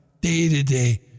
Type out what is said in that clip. day-to-day